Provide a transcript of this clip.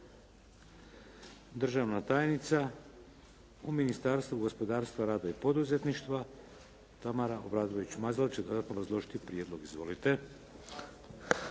Državna tajnica u Ministarstvu gospodarstva, rada i poduzetništva Tamara Obradović Mazal će dodatno obrazložiti prijedlog. Izvolite.